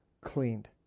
cleaned